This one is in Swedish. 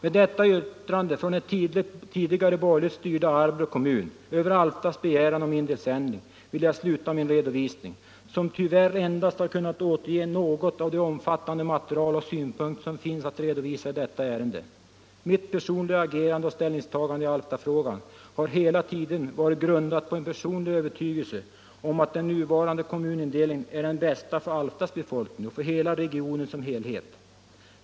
Med detta yttrande från den tidigare borgerligt styrda Arbrå kommun över Alftas begäran om indelningsändring vill jag sluta min redovisning, som tyvärr endast har kunnat återge något av det omfattande material och de synpunkter som finns att redovisa i detta ärende. Mitt personliga agerande och ställningstagande i Alftafrågan har hela tiden varit grundade på en personlig övertygelse om att den nuvarande kommunindelningen är den bästa för Alftas befolkning och för regionen som helhet.